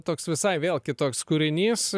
toks visai vėl kitoks kūrinys